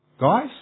Guys